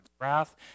wrath